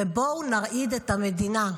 בואו נרעיד את המדינה.